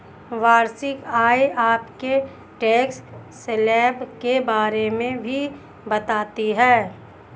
वार्षिक आय आपके टैक्स स्लैब के बारे में भी बताती है